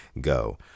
go